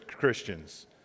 Christians